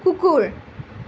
কুকুৰ